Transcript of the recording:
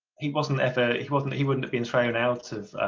he wasn't ever he wasn't he wouldn't have been thrown out of